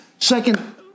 Second